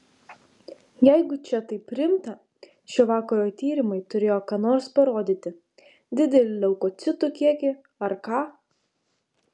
jeigu čia taip rimta šio vakaro tyrimai turėjo ką nors parodyti didelį leukocitų kiekį ar ką